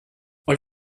all